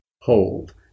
hold